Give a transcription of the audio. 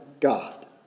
God